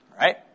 right